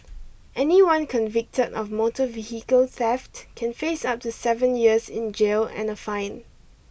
anyone convicted of motor vehicle theft can face up to seven years in jail and a fine